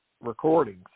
recordings